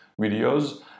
videos